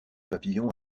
papillon